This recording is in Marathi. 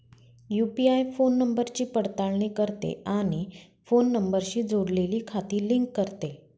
यू.पि.आय फोन नंबरची पडताळणी करते आणि फोन नंबरशी जोडलेली खाती लिंक करते